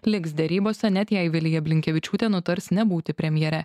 liks derybose net jei vilija blinkevičiūtė nutars nebūti premjere